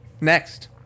Next